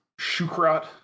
Shukrat